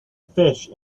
fish